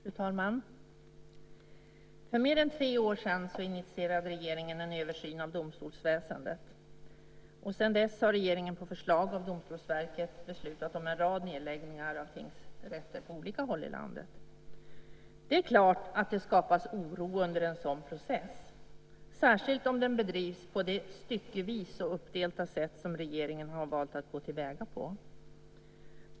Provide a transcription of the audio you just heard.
Fru talman! För mer än tre år sedan initierade regeringen en översyn av domstolsväsendet. Sedan dess har regeringen på förslag av Domstolsverket beslutat om en rad nedläggningar av tingsrätter på olika håll i landet. Det är klart att det uppstår oro under en sådan process, särskilt om den bedrivs styckevis och uppdelat, på det sätt som regeringen har valt att gå till väga på.